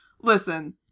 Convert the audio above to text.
listen